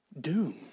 doom